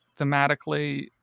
thematically